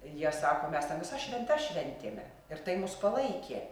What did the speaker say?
jie sako mes ten visas šventes šventėme ir tai mus palaikė